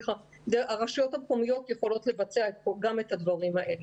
הרשויות המקומיות יכולות לבצע גם את הדברים האלה.